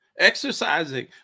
exercising